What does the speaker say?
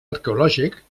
arqueològic